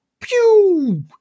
pew